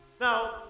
Now